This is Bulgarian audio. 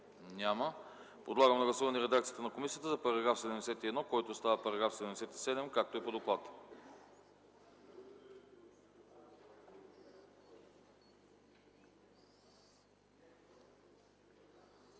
Няма. Подлагам на гласуване редакцията на комисията за § 70, който става § 76, както е по доклада.